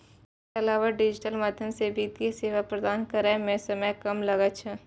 एकर अलावा डिजिटल माध्यम सं वित्तीय सेवा प्रदान करै मे समय कम लागै छै